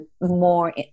more